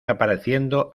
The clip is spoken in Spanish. apareciendo